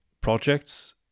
projects